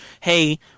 hey